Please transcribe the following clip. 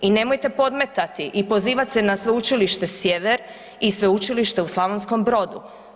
I nemojte podmetati i pozivat se na Sveučilište Sjever i Sveučilište u Slavonskom Brodu.